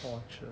torture